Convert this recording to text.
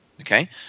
Okay